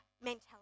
mentality